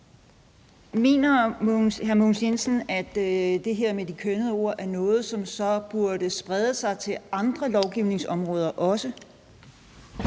Jensen, at det her med de kønnede ord er noget, som så burde sprede sig til andre lovgivningsområder også?